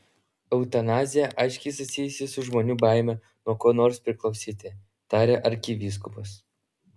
eutanazija aiškiai susijusi su žmonių baime nuo ko nors priklausyti tarė arkivyskupas